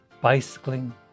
bicycling